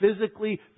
physically